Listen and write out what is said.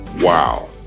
Wow